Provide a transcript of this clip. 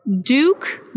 Duke